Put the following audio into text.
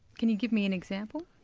can you give me an example?